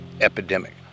epidemic